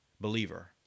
believer